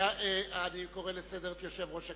אני קורא לסדר את יושב-ראש הכנסת.